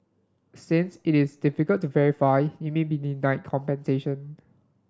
since it is difficult to verify you may be denied compensation